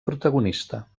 protagonista